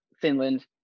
Finland